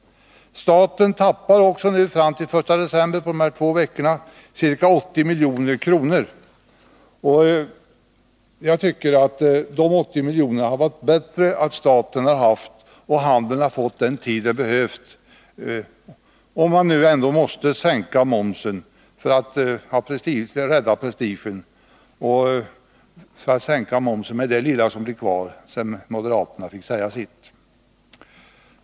Staten tappar också på dessa två veckor fram till den 1 december ca 80 milj.kr. Jag tycker att det hade varit bättre om staten haft dessa 80 milj. och att handeln hade fått den tid som behövts, om man ändå för att rädda prestigen måste sänka momsen med det lilla som blev kvar när moderaterna fått säga sitt.